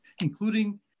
including